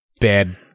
bad